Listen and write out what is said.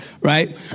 right